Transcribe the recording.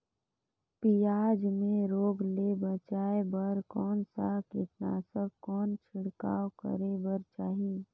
पियाज मे रोग ले बचाय बार कौन सा कीटनाशक कौन छिड़काव करे बर चाही?